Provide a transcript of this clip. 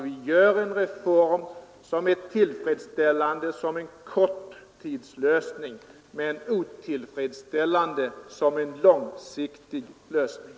Vi gör en reform som är tillfredsställande som en korttidslösning men otillfredsställande som en långsiktig lösning.